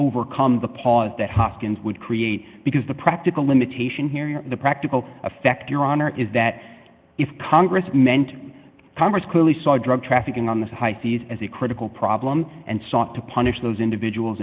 overcome the pause that hoskins would create because the practical limitation here the practical effect your honor is that if congress meant congress clearly saw drug trafficking on the high seas as a critical problem and sought to punish those individuals